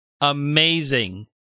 amazing